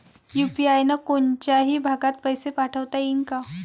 UPI न कोनच्याही भागात पैसे पाठवता येईन का?